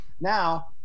Now